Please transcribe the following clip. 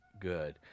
good